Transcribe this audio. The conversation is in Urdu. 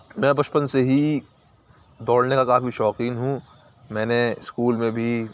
میں بچپن سے ہی دوڑنے کا کافی شوقین ہوں میں نے اسکول میں بھی